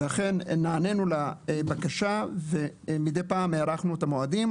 ואכן נענינו לבקשה ומדי פעם הארכנו את המועדים.